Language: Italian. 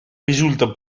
risulta